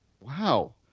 Wow